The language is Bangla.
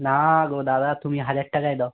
না গো দাদা তুমি হাজার টাকাই দাও